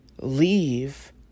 leave